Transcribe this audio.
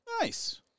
Nice